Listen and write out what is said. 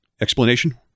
explanation